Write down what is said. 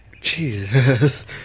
jesus